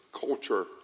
culture